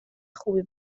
خوبی